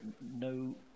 no